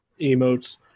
emotes